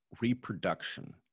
Reproduction